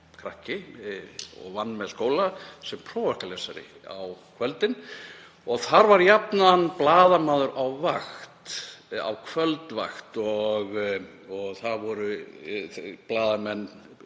krakki og vann með skóla sem prófarkalesari á kvöldin, og þar var jafnan blaðamaður á vakt, á kvöldvakt. Starfsmenn